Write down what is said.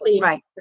Right